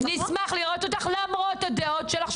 נשמח לראות אותך למרות הדעות שלך,